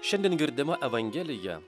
šiandien girdima evangelija